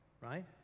right